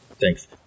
Thanks